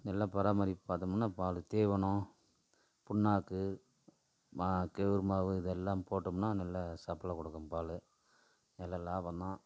நல்ல பராமரிப்பு பார்த்தோம்னா பால் தீவனம் புண்ணாக்கு மா கேழ்வுரு மாவு இதெல்லாம் போட்டோம்னால் நல்ல சப்ளை கொடுக்கும் பால் நல்ல லாபம் தான்